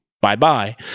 bye-bye